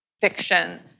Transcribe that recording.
fiction